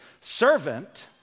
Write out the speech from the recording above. Servant